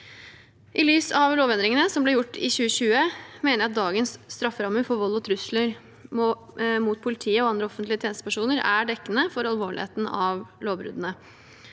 I lys av lovendringene som ble gjort i 2020, mener jeg at dagens strafferammer for vold og trusler mot politiet og andre offentlige tjenestepersoner er dekkende for alvorligheten av lovbruddene.